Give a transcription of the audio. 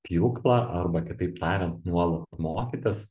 pjūklą arba kitaip tariant nuolat mokytis